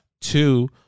Two